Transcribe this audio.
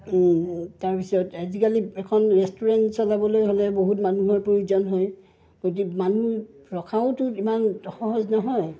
তাৰপিছত আজিকালি এখন ৰেষ্টুৰেণ্ট চলাবলৈ হ'লে বহুত মানুহৰ প্ৰয়োজন হয় গতিকে মানুহ ৰখাওতো ইমান সহজ নহয়